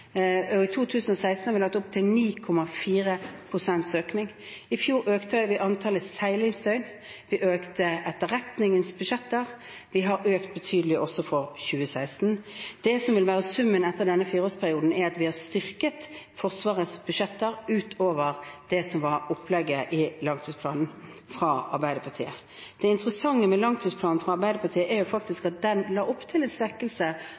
fjor økte vi antallet seilingsdøgn, vi økte etterretningens budsjetter – vi har økt betydelig også for 2016. Det som vil være summen etter denne fireårsperioden, er at vi har styrket Forsvarets budsjetter utover det som var opplegget i langtidsplanen fra bl.a. Arbeiderpartiet. Det interessante med langtidsplanen fra bl.a. Arbeiderpartiet er at den la opp til en svekkelse